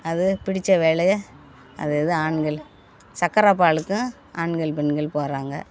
அது பிடித்த வேலையே அது அது ஆண்கள் சக்கரை பாலுக்கும் ஆண்கள் பெண்கள் போகிறாங்க